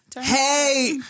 Hey